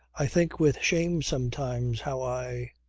i think with shame sometimes how i.